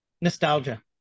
Nostalgia